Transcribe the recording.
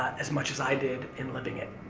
as much as i did in living it.